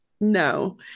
No